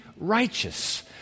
righteous